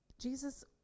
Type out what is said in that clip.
Jesus